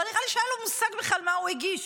לא נראה לי שהיה לו מושג בכלל מה הוא הגיש.